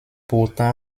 pourtant